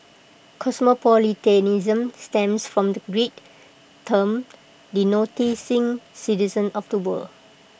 cosmopolitanism stems from the Greek term denoting citizen of the world